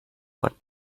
what